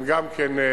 הם גם יתגברו,